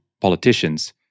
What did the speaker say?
politicians